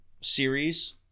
series